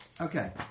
okay